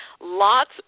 Lots